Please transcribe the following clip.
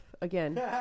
again